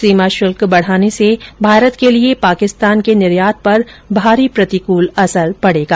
सीमा शुल्क बढ़ाने से भारत के लिए पाकिस्तान के निर्यात पर भारी प्रतिकूल असर पड़ेगा